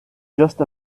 just